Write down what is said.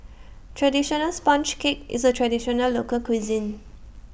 Traditional Sponge Cake IS A Traditional Local Cuisine